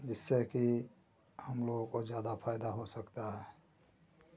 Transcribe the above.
जिससे की हम लोगों को ज़्यादा फायदा हो सकता है